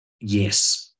Yes